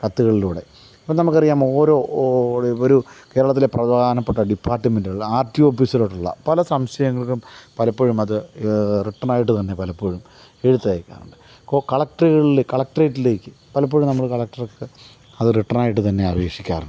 കത്ത്കളിലൂടെ അപ്പോൾ നമുക്കറിയാം ഓരോ ഒരു കേരളത്തിലെ പ്രധാനപ്പെട്ട ഡിപ്പാർട്ട്മെൻറ്റ്കള് ആർ ട്ടി ഓഫീസറോടുള്ള പല സംശയങ്ങൾക്കും പലപ്പോഴും അത് റിട്ടർൻ ആയിട്ട് തന്നെ പലപ്പോഴും എഴുത്തയക്കാറുണ്ട് കളക്ടറുകളിൽ കക്ട്രേറ്റിലേക്ക് പലപ്പോഴും നമ്മള് കലക്ട്രക്ക് അത് റിട്ടർൻ ആയിട്ട് തന്നെ അപേക്ഷിക്കാറുണ്ട്